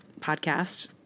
podcast